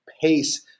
pace